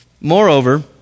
Moreover